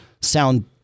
sound